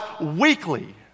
weekly